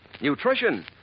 Nutrition